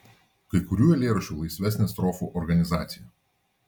kai kurių eilėraščių laisvesnė strofų organizacija